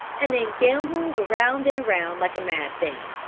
and then gambolled round and round like a mad thing.